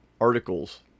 articles